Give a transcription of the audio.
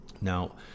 Now